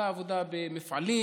אותה עבודה במפעלים,